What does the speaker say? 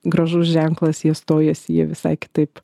gražus ženklas jie stojasi jie visai kitaip